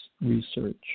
research